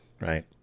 right